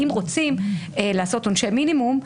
אם רוצים לעשות עונשי מינימום,